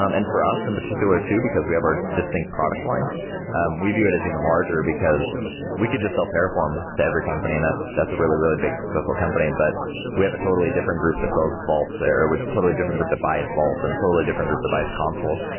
um and for us in particular too, because we have our distinct product, so um we view it as even larger, because we could just sell terraform to every company, and that's a really, really big successful company. but we have a totally different group that sells vaults there, with totally different group that buys vaults, and totally different group that buys console.